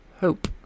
hope